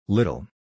Little